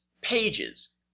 pages